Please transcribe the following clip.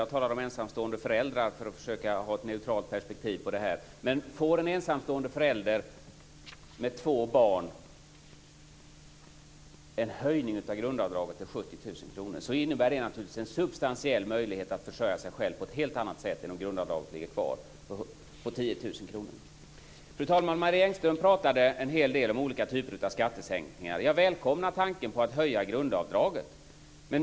Jag talade om ensamstående föräldrar för att försöka ha ett neutralt perspektiv. Får en ensamstående förälder med två barn en höjning av grundavdraget till 70 000 kr innebär det en substantiell möjlighet att försörja sig själv på ett helt annat sätt än om grundavdraget ligger kvar på 10 000 kr. Fru talman! Marie Engström talade en hel del om olika typer av skattesänkningar. Jag välkomnar tanken på att höja grundavdraget.